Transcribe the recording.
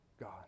God